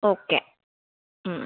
okay ഉം